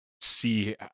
see